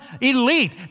elite